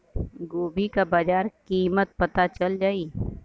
गोभी का बाजार कीमत पता चल जाई?